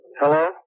hello